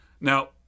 Now